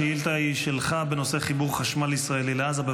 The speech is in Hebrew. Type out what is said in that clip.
השאילתה היא שלך בנושא חיבור חשמל ישראלי לעזה.